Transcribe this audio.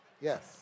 Yes